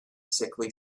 sickly